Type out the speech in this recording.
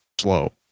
slow